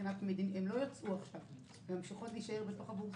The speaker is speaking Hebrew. הם ממשיכות להישאר בתוך הבורסה.